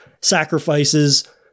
sacrifices